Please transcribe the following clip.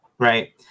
Right